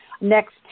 Next